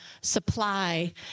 supply